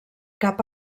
cap